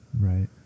Right